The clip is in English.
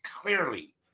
clearly